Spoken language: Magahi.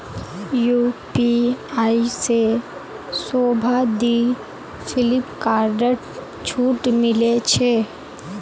यू.पी.आई से शोभा दी फिलिपकार्टत छूट मिले छे